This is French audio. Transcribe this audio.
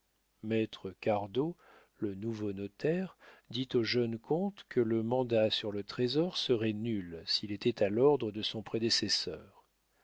maître cardot le nouveau notaire dit au jeune comte que le mandat sur le trésor serait nul s'il était à l'ordre de son prédécesseur